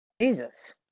Jesus